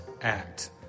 act